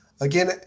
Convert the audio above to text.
Again